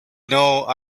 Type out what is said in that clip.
know